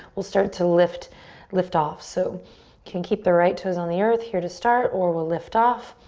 we'll start to lift lift off. so can keep the right toes on the earth here to start or we'll lift off.